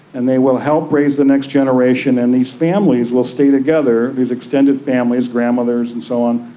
and they will help raise the next generation. and these families will stay together, these extended families, grandmothers and so on,